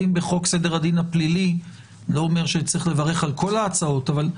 לא יודע, אולי.